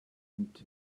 and